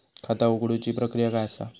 खाता उघडुची प्रक्रिया काय असा?